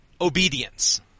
obedience